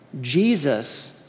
Jesus